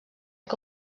que